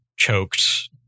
Choked